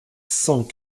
cent